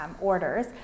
orders